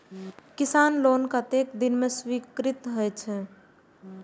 किसान लोन कतेक दिन में स्वीकृत होई छै?